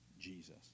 Jesus